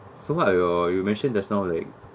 so what are your you mentioned just now like